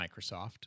Microsoft